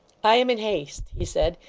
i am in haste he said.